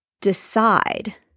decide